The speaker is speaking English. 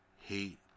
hate